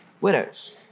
widows